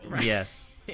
Yes